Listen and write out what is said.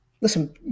Listen